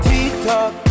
Tiktok